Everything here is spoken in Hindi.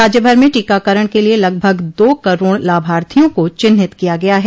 राज्य भर में टीकाकरण के लिए लगभग दो करोड लाभार्थियों का चिन्हित किया गया है